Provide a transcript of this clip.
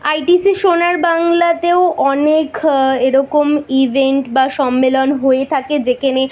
ITC Sonar বাংলাতেও অনেক এরকম ইভেন্ট বা সম্মেলন হয়ে থাকে যেখানে